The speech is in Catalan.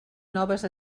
noves